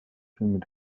films